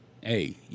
hey